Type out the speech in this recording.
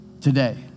today